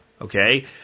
okay